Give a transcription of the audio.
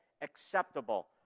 acceptable